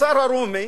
הקיסר הרומי,